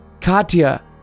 Katya